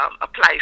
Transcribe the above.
apply